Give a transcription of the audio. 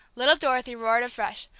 little dorothy roared afresh,